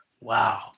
Wow